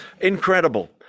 Incredible